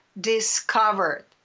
discovered